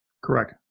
Correct